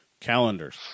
calendars